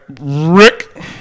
rick